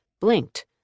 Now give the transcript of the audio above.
blinked